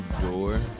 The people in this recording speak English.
door